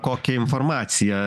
kokią informaciją